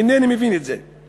אינני מבין את זה.